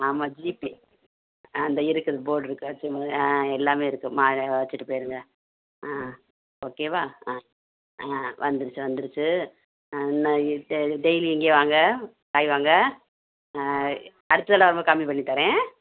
ஆமாம் ஜிபே ஆ இந்த இருக்குது போட் இருக்குது சிம்மு ஆ எல்லாமே இருக்குதும்மா அதில் வச்சுட்டு போயிடுங்க ஆ ஓகேவா ஆ ஆ வந்துருச்சு வந்துருச்சு ஆ இன்னும் டெ டெய்லியும் இங்கே வாங்க காய் வாங்க ஆ அடுத்த தடவை வரும்போது கம்மி பண்ணி தரேன்